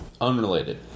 Unrelated